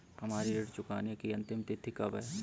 हमारी ऋण चुकाने की अंतिम तिथि कब है?